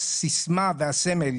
הסיסמא והסמל.